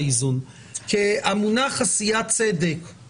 חיוני, מבחינת הזיקה לחסיון ביטחון